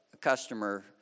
customer